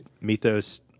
Mythos